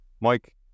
Mike